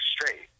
straight